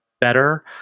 better